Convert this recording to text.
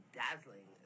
dazzling